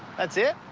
that's it?